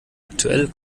aktuell